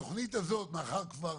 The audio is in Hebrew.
התכנית הזאת, מאחר וכבר